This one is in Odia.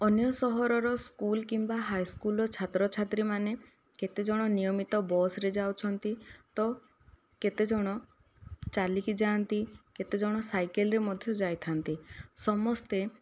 ଅନ୍ୟ ସହରର ସ୍କୁଲ କିମ୍ବା ହାଇସ୍କୁଲର ଛାତ୍ରଛାତ୍ରୀମାନେ କେତେଜଣ ନିୟମିତ ବସ୍ରେ ଯାଉଛନ୍ତି ତ କେତେଜଣ ଚାଲିକି ଯାଆନ୍ତି କେତେଜଣ ସାଇକେଲ ରେ ମଧ୍ୟ ଯାଇଥାନ୍ତି ସମସ୍ତେ